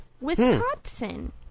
Wisconsin